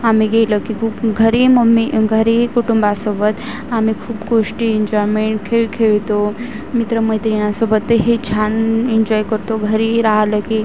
आम्ही गेलं की खूप घरी मम्मी घरी कुटुंबासोबत आम्ही खूप गोष्टी एन्जॉयमेंट खेळ खेळतो मित्रमैत्रिणी या सोबतही छान एन्जॉय करतो घरी राहिलं की